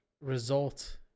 result